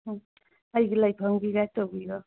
ꯑꯩꯒꯤ ꯂꯩꯐꯝꯒꯤ ꯒꯥꯏꯗ ꯇꯧꯕꯤꯕ